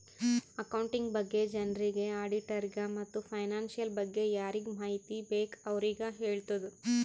accounting ಬಗ್ಗೆ ಜನರಿಗ್, ಆಡಿಟ್ಟರಿಗ ಮತ್ತ್ ಫೈನಾನ್ಸಿಯಲ್ ಬಗ್ಗೆ ಯಾರಿಗ್ ಮಾಹಿತಿ ಬೇಕ್ ಅವ್ರಿಗ ಹೆಳ್ತುದ್